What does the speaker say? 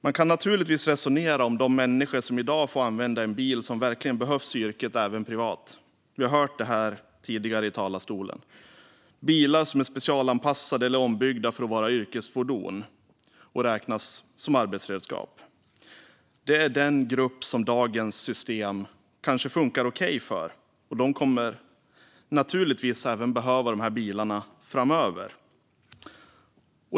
Man kan naturligtvis resonera, som vi har hört här tidigare från talarstolen, om de människor som i dag får använda bilar som verkligen behövs i yrket även ska få använda dem privat - bilar som är specialanpassade eller ombyggda för att vara yrkesfordon och räknas som arbetsredskap. Det är denna grupp som dagens system kanske funkar okej för, och de kommer naturligtvis att behöva de här bilarna även framöver.